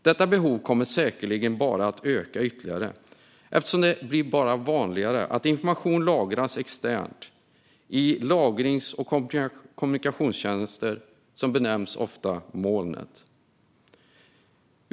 Detta behov kommer säkerligen att öka ytterligare, eftersom det blir allt vanligare att information lagras externt. Det sker i lagrings eller kommunikationstjänster som ofta benämns molnet.